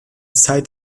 zeit